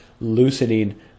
loosening